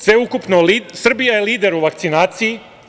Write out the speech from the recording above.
Sveukupno, Srbija je lider u vakcinaciji.